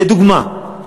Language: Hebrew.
לדוגמה,